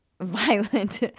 violent